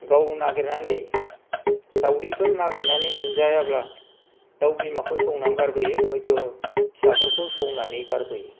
गाव नागिरनानै दाउदैफोर नागिरनानै मोनजायाब्ला दाउ बिमाखौ सौनानै गारबोयो हयथ' फिसाफोरखौ सौनानै गारबोयो